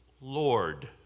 Lord